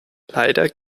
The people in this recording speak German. leider